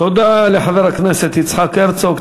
תודה לחבר הכנסת יצחק הרצוג.